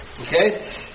Okay